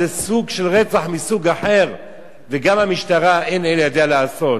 זה סוג של רצח מסוג אחר וגם המשטרה אין לאל ידה לעשות.